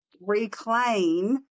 reclaim